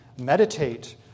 Meditate